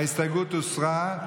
ההסתייגות הוסרה.